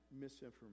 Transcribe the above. misinformation